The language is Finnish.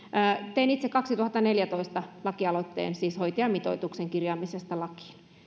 tein siis itse kaksituhattaneljätoista lakialoitteen hoitajamitoituksen kirjaamisesta lakiin